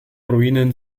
ruinen